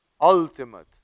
ultimate